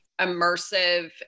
immersive